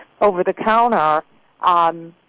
over-the-counter